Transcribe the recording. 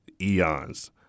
eons